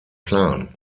plan